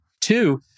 Two